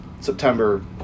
September